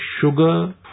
sugar